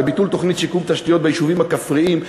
בביטול תוכנית שיקום תשתיות ביישובים הכפריים,